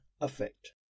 effect